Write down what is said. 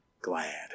glad